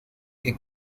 que